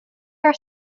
her